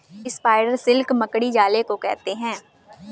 spider silk मकड़ी जाले को कहते हैं